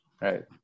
right